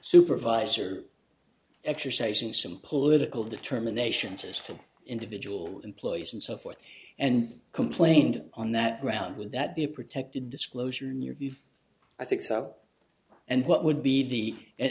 supervisor exercising some political determinations as to individual employees and so forth and complained on that ground would that be protected disclosure in your view i think so and what would be the and